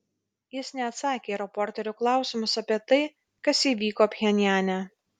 jis neatsakė į reporterių klausimus apie tai kas įvyko pchenjane